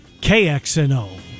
KXNO